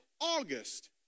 August